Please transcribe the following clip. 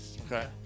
Okay